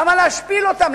למה להשפיל אותם?